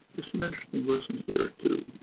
just mention lessons there too.